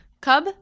Cub